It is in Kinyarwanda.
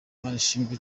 manishimwe